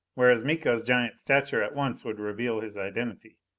whereas miko's giant stature at once would reveal his identity.